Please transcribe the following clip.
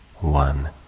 one